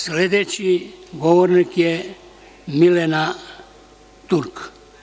Sledeći govornik je Milena Turk.